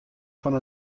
fan